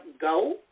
go